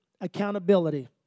Accountability